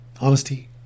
Honesty